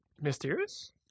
mysterious